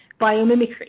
biomimicry